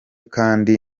kandi